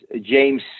James